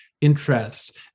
interest